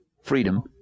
freedom